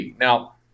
Now